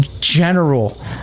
general